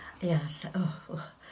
Yes